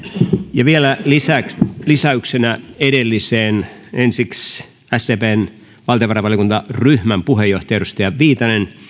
ja vielä lisäyksenä edelliseen ensiksi sdpn valtiovarainvaliokuntaryhmän puheenjohtaja edustaja viitanen